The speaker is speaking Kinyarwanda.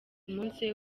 munsi